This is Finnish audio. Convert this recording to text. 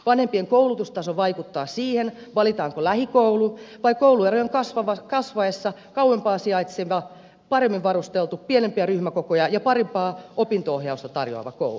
vanhempien koulutustaso vaikuttaa siihen valitaanko lähikoulu vai kouluerojen kasvaessa kauempana sijaitseva paremmin varusteltu pienempiä ryhmäkokoja ja parempaa opinto ohjausta tarjoava koulu